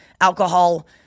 alcohol